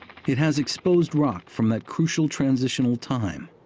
it has exposed rock from that crucial transitional time.